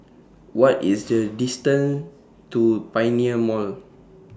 What IS The distance to Pioneer Mall